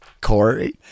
Corey